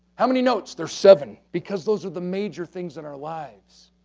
how many notes? there are seven, because those are the major things in our lives.